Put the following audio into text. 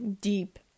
deep